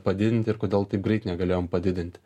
padidinti ir kodėl taip greit negalėjom padidinti